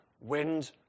wind